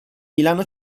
milano